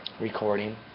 recording